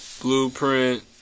Blueprint